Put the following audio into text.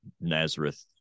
Nazareth